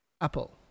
Apple